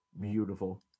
Beautiful